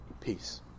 peace